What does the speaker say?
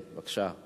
בבקשה,